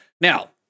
Now